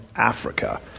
Africa